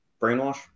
Brainwash